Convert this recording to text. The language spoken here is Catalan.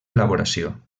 elaboració